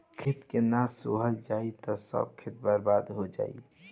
खेत के ना सोहल जाई त सब खेत बर्बादे हो जाई